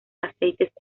aceites